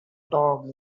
dogs